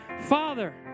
Father